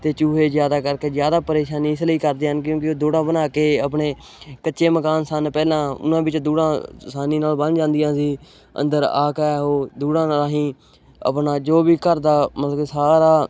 ਅਤੇ ਚੂਹੇ ਜ਼ਿਆਦਾ ਕਰਕੇ ਜ਼ਿਆਦਾ ਪਰੇਸ਼ਾਨੀ ਇਸ ਲਈ ਕਰਦੇ ਹਨ ਕਿਉਂਕਿ ਉਹ ਦੂੜਾ ਬਣਾ ਕੇ ਆਪਣੇ ਕੱਚੇ ਮਕਾਨ ਸਨ ਪਹਿਲਾਂ ਉਹਨਾਂ ਵਿੱਚ ਦੂੜਾ ਆਸਾਨੀ ਨਾਲ ਬਣ ਜਾਂਦੀਆਂ ਸੀ ਅੰਦਰ ਆ ਕੇ ਉਹ ਦੂੜਾ ਰਾਹੀਂ ਆਪਣਾ ਜੋ ਵੀ ਘਰ ਦਾ ਮਤਲਬ ਕਿ ਸਾਰਾ